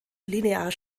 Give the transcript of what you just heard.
linear